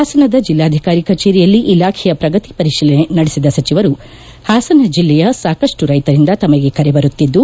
ಪಾಸನದ ಜಲ್ಲಾಧಿಕಾರಿ ಕಚೇರಿಯಲ್ಲಿ ಇಲಾಖೆಯ ಪ್ರಗತಿ ಪರಿಶೀಲನೆ ನಡೆಸಿದ ಸಚಿವರು ಹಾಸನ ಜಲ್ಲೆಯ ಸಾಕಷ್ಟು ರೈತರಿಂದ ತಮಗೆ ಕರೆ ಬರುತ್ತಿದ್ದು